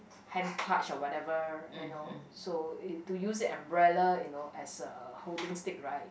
hand clutch or whatever you know so it to use umbrella you know as a holding stick right